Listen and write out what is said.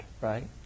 right